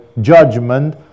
judgment